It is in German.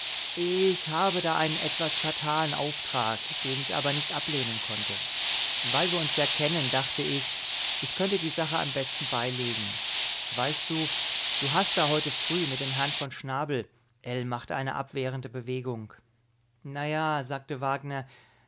ich habe da einen etwas fatalen auftrag den ich aber nicht ablehnen konnte weil wir uns ja kennen dachte ich ich könnte die sache am besten beilegen weißt du du hast da heute früh mit dem herrn von schnabel ell machte eine abwehrende bewegung na ja sagte wagner